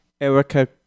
Erica